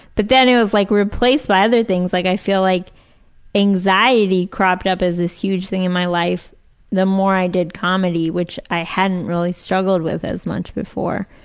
but then it was like replaced by other things. like i feel like anxiety popped up as this huge thing in my life the more i did comedy which i hadn't really struggled with as much before.